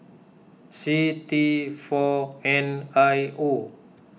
C T four N I O